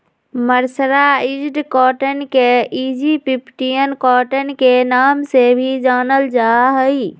mercerised cotton के Egyptian cotton के नाम से भी जानल जा हई